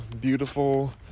beautiful